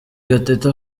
gatete